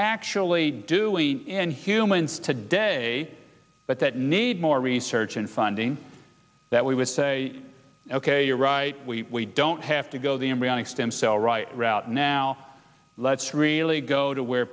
actually doing and humans today but that need more research and funding that we would say ok you're right we don't have to go the embryonic stem cell right route now let's really go to where